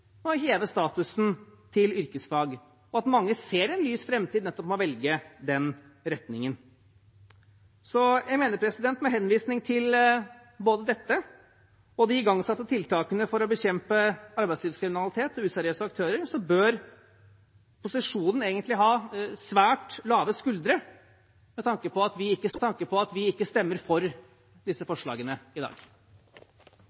med å heve statusen til yrkesfag, og at mange ser en lys framtid nettopp ved å velge den retningen. Jeg mener, med henvisning til både dette og de igangsatte tiltakene for å bekjempe arbeidslivskriminalitet og useriøse aktører, at opposisjonen egentlig bør ha svært lave skuldre med tanke på at vi ikke stemmer for disse forslagene i dag. Jeg vil takke komiteen for